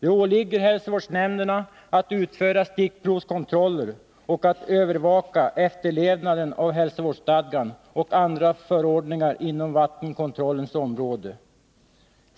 Det åligger hälsovårdsnämnderna att utföra stickprovskontroller och att övervaka efterlevnaden av hälsovårdsstadgan och andra förordningar inom vattenkontrollens område.